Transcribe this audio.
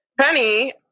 Penny